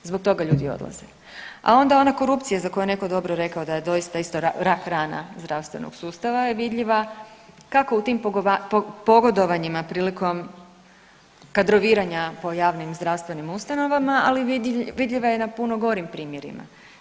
Zbog toga ljudi odlaze, a onda ona korupcija za koju je netko dobro rekao da je doista isto rak rana zdravstvenog sustava je vidljiva kako u tim pogodovanjima prilikom kadroviranja po javnozdravstvenim ustanovama, ali vidljiva je i na puno gorim primjerima.